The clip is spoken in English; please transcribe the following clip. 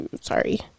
Sorry